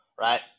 Right